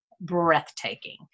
breathtaking